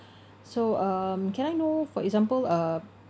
so um can I know for example uh